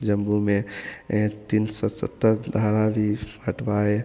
जम्मू में तीन सौ सत्तर धारा भी हटवाए